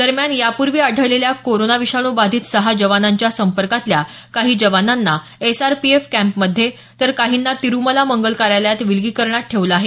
दरम्यान यापूर्वी आढळलेल्या कोरोना विषाणू बाधित सहा जवानांच्या संपर्कातल्या काही जवानांना एस आर पी एफ कॅम्पमध्ये तर काहींना तिरुमला मंगल कार्यालयात विलगीकरणात ठेवलं आहे